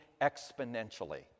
exponentially